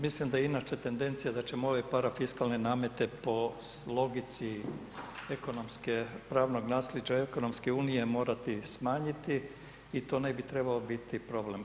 Mislim da je inače tendencija da ćemo ove parafiskalne namete po logici ekonomske, pravnog nasljeđa ekonomske unije, morati smanjiti i to ne bi trebao biti problem.